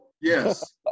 Yes